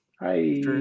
Hi